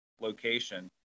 location